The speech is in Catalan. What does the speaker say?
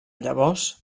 llavors